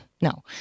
No